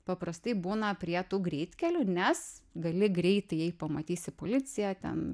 paprastai būna prie tų greitkelių nes gali greitai jei pamatysi policiją ten